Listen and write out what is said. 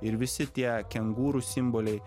ir visi tie kengūrų simboliai